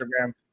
Instagram